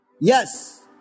yes